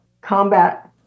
combat